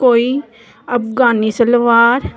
ਕੋਈ ਅਫ਼ਗਾਨੀ ਸਲਵਾਰ